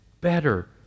better